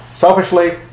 Selfishly